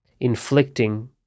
inflicting